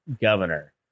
governor